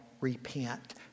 repent